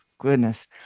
goodness